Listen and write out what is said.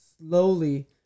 slowly